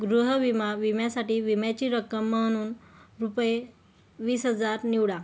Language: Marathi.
गृह विमा विम्यासाठी विम्याची रक्कम म्हणून रुपये वीस हजार निवडा